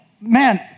man